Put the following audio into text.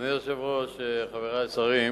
אדוני היושב-ראש, חברי השרים,